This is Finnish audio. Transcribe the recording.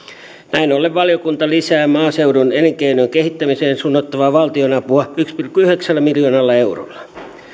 näin ollen valiokunta lisää maaseudun elinkeinojen kehittämiseen suunnattavaa valtionapua yhdellä pilkku yhdeksällä miljoonalla eurolla